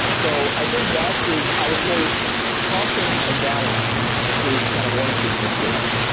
so i think that is i would say caution and balance is kind of warranted in this case.